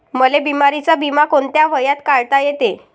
मले बिमारीचा बिमा कोंत्या वयात काढता येते?